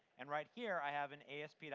and right here, i have an asp. you know